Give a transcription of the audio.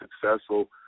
successful